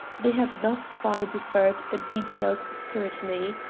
they have thus far deferred a detailed scrutiny.